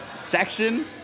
section